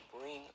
bring